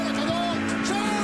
מאחר שהשרה מוותרת על הסיכום,